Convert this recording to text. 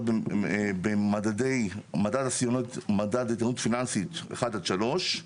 במדד יתכנות פיננסית אחד עד שלוש.